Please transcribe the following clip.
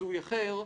הזוי אחר,